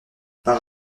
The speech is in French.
par